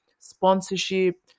sponsorship